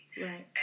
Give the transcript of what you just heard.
Right